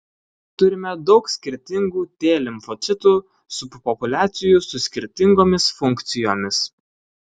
turime daug skirtingų t limfocitų subpopuliacijų su skirtingomis funkcijomis